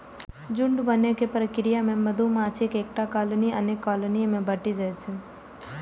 झुंड बनै के प्रक्रिया मे मधुमाछीक एकटा कॉलनी अनेक कॉलनी मे बंटि जाइ छै